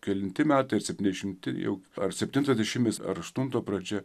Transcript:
kelinti metai ar septyniasdešimti jau ar septintojo dešimtmečio ar aštunto pradžia